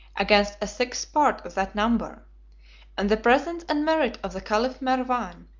against a sixth part of that number and the presence and merit of the caliph mervan,